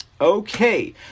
Okay